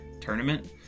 tournament